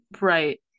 Right